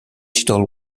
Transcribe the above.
title